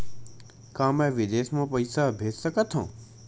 का मैं विदेश म पईसा भेज सकत हव?